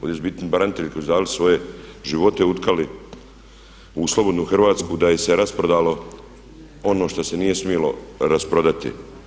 Ovdje su bitni branitelji koji su dali svoje živote utkali u slobodnu Hrvatsku da je se rasprodalo ono što se nije smjelo rasprodati.